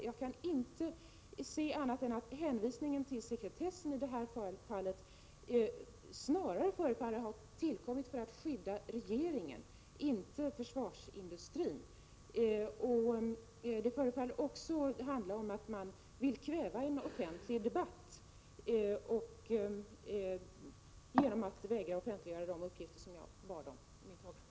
Jag kan inte se annat än att hänvisningen till sekretess i detta fall snarare förefaller göras för att skydda regeringen, inte för att skydda försvarsindustrin. Det förefaller också handla om att man vill kräva en offentlig debatt genom att vägra offentliggöra de uppgifter som jag i min fråga bett om att få.